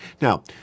Now